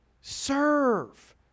serve